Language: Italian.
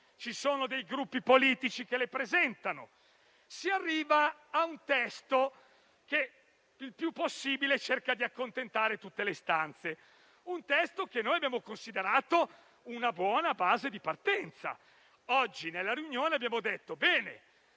Ci sono dei gruppi politici che le presentano. Si arriva a un testo che cerca il più possibile di accontentare tutte le istanze. Un testo che noi abbiamo considerato una buona base di partenza. Oggi, nel corso della riunione, abbiamo chiesto ci